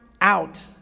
out